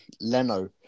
Leno